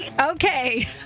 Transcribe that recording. Okay